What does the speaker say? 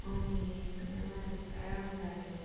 नि एकदमै मलाई त पुरा राम्रो लाग्यो